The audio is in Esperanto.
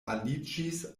aliĝis